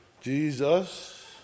Jesus